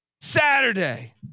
Saturday